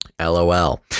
lol